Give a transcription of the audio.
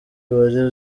wari